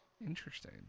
Interesting